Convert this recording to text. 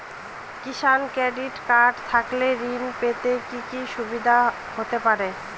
কিষান credit card থাকলে ঋণ পেতে কি কি সুবিধা হতে পারে?